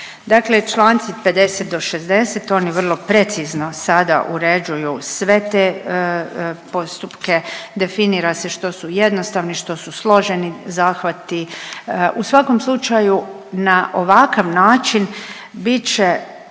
Dakle čl. 50-60, oni vrlo precizno sada uređuju sve te postupke, definira se što su jednostavni, što su složeni zahvati, u svakom slučaju na ovakav način bit će